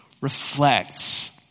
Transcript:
reflects